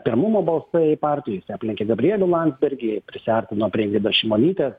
pirmumo balsai partijoj jis aplenkė gabrielių landsbergį prisiartino prie ingridos šimonytės